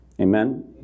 Amen